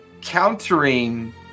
countering